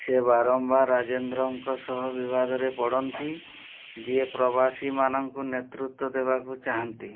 ସିଏ ବାରମ୍ବାର ରାଜେନ୍ଦ୍ରଙ୍କ ସହ ବିବାଦରେ ପଡ଼ନ୍ତି ଯିଏ ପ୍ରବାସୀମାନଙ୍କୁ ନେତୃତ୍ୱ ଦେବାକୁ ଚାହାଁନ୍ତି